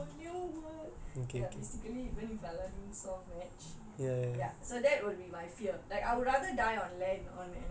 mm ya so that's why I'm telling you அது வேற உலகம்:athu vera ulagam it's a whole new world ya basically when if aladdin song will match ya